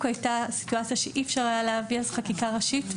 הייתה סיטואציה שאי אפשר היה להעביר חקיקה ראשית,